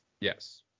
Yes